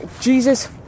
Jesus